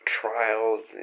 trials